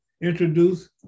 introduce